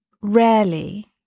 rarely